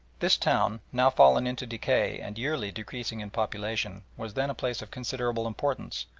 this town, now fallen into decay and yearly decreasing in population, was then a place of considerable importance,